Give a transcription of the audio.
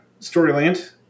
Storyland